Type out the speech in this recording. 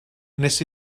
wnes